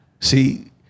See